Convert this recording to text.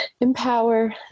empower